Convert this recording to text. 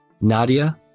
Nadia